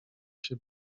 się